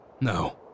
no